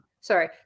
Sorry